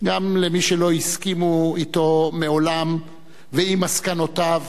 גם למי שמעולם לא הסכימו אתו ועם מסקנותיו,